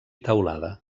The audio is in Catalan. teulada